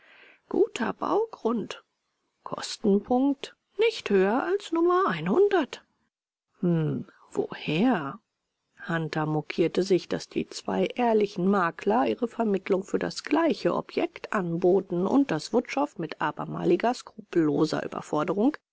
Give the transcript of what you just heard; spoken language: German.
guter baugrund kostenpunkt nicht höher als nummer einhundert hm woher hunter mokierte sich daß die zwei ehrlichen makler ihre vermittlung für das gleiche objekt anboten und daß wutschow mit abermaliger skrupelloser überforderung